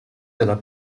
della